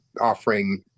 offering